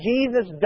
Jesus